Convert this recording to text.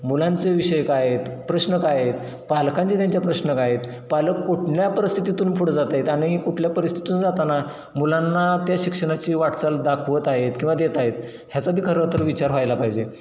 मुलांचं विषय काय आहेत प्रश्न काय आहेत पालकांचे त्यांच्या प्रश्न काय आहेत पालक कुठल्या परिस्थितीतून पुढे जात आहेत आणि कुठल्या परिस्थितीतून जाताना मुलांना त्या शिक्षणाची वाटचाल दाखवत आहेत किंवा देत आहेत ह्याचा बी खरं तर विचार व्हायला पाहिजे